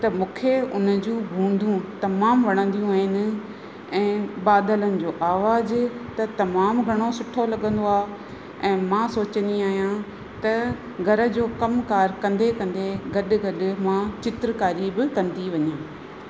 त मूंखे उन जूं बूंदियूं तमामु वणंदियूं आहिनि ऐं बादलनि जो आवाज़ त तमामु घणो सुठो लॻंदो आ्हे ऐं मां सोचंदी आहियां त घर जो कमु कार कंदे कंदे गॾु गॾु मां चित्रकारी बि कंदी वञा